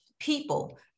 people